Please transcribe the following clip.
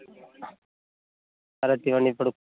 కాబట్టి ఇవన్నీ ఇప్పుడు